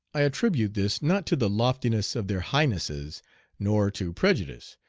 i attribute this not to the loftiness of their highnesses nor to prejudice,